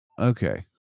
Okay